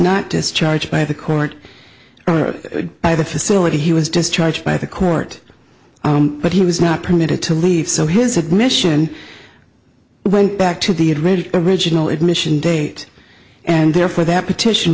not discharged by the court or by the facility he was discharged by the court but he was not permitted to leave so his admission went back to the admitted original admission date and therefore that petition